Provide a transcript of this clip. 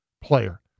player